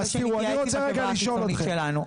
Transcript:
אחרי שאני אתייעץ עם החברה החיצונית שלנו.